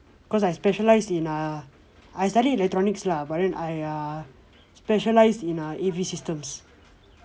cause I specialise in err I studied electronics lah but then I err specialize in err A_V systems